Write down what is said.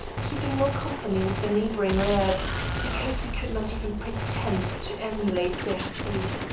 keeping no company with the neighbouring lairds because he could not even pretend to emulate their state,